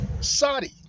Saudi